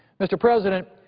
mr. president,